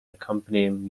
accompanying